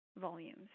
volumes